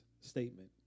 statement